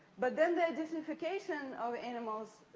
but, then the identification of animals,